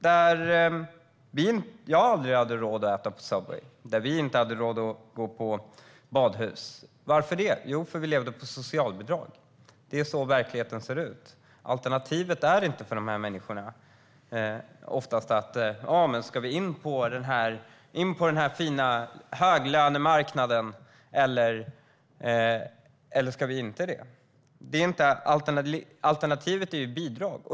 Jag hade aldrig råd att äta på Subway, och vi hade inte råd att gå till badhuset. Varför? Jo, därför att vi levde på socialbidrag. Det är så verkligheten ser ut. Alternativet för dessa människor är oftast inte om de ska in på den fina höglönemarknaden eller inte. Alternativet är bidrag.